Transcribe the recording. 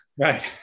right